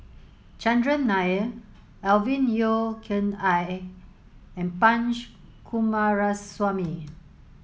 Chandran Nair Alvin Yeo Khirn Hai and Punch Coomaraswamy